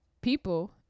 people